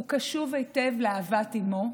הוא קשוב היטב לאהבת אימו,